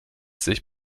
sich